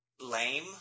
lame